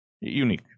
unique